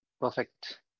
Perfect